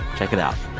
check it out.